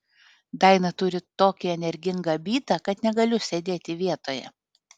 daina turi tokį energingą bytą kad negaliu sėdėti vietoje